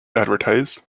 advertise